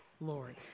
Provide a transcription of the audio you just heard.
Lord